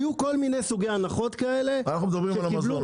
היו כל מיני סוגי הנחות כאלה --- אנחנו מדברים על המזון,